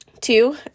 two